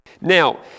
Now